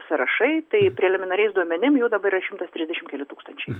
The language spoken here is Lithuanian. sąrašai tai preliminariais duomenim jų dabar yra šimtas trisdešim keli tūkstančiai